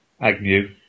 Agnew